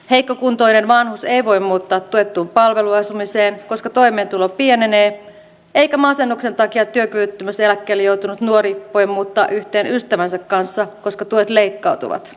heikkokuntoinen vanhus ei voi muuttaa tuettuun palveluasumiseen koska toimeentulo pienenee eikä masennuksen takia työkyvyttömyyseläkkeelle joutunut nuori voi muuttaa yhteen ystävänsä kanssa koska tuet leikkautuvat